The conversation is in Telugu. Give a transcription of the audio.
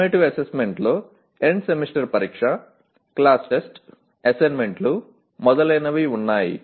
సమ్మేటివ్ అసెస్మెంట్ లో ఎండ్ సెమిస్టర్ పరీక్ష క్లాస్ టెస్ట్ అసైన్మెంట్లు మొదలైనవి ఉన్నాయి